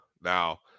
Now